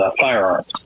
firearms